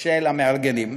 של המארגנים?